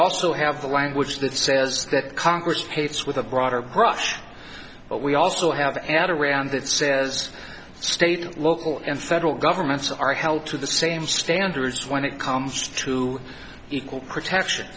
also have the language that says that congress hates with a broader brush but we also have adarand that says state local and federal governments are held to the same standards when it comes to equal protection